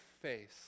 face